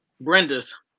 Brenda's